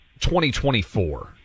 2024